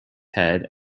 head